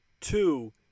two